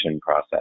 process